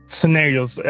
scenarios